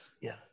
Yes